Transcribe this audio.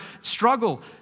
struggle